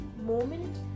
moment